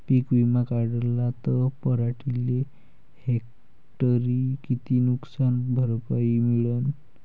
पीक विमा काढला त पराटीले हेक्टरी किती नुकसान भरपाई मिळीनं?